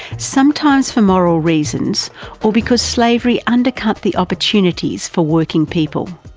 sometimes for moral reasons or because slavery undercut the opportunities for working people.